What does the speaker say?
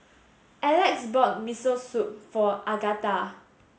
Elex bought Miso Soup for Agatha